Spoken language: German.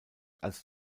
als